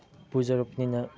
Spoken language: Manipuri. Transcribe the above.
ꯄꯨꯖꯔꯛꯄꯅꯤꯅ